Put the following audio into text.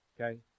okay